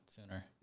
sooner